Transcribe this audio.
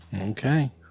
Okay